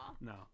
No